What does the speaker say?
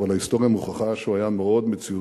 אבל ההיסטוריה מוכיחה שהוא היה מאוד מציאותי,